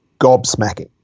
gobsmacking